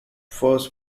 first